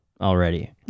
already